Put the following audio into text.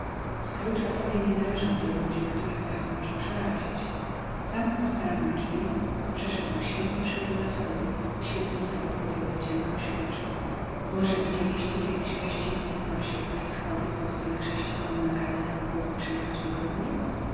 scrooge atoli nie należał do ludzi których echo może przerazić zamknął starannie drzwi przeszedł sień i wszedł na schody świecąc sobie po drodze cienką świeczką może widzieliście kiedy gościnne staroświeckie schody po których sześciokonna kareta mogłaby przejechać wygodnie